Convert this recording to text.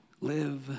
Live